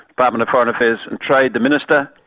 department of foreign affairs and trade, the minister.